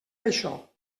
això